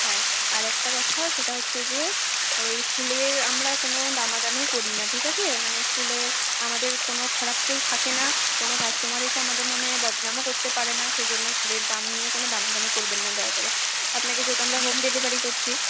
হ্যাঁ আর একটা কথা সেটা হচ্ছে যে ওই ফুলের আমরা কোনো দামাদামি করি না ঠিক আছে মানে ফুলে আমাদের কোনো খারাপ ফুল থাকে না কোনো কাস্টোমার এসে আমাদের নামে বদনামও করতে পারে না সেই জন্য ফুলের দাম নিয়ে কোনো দামাদামি করবেন না দয়া করে আপনাকে যেহেতু আমরা হোম ডেলিভারি করছি